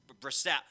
Brissette